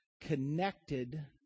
connected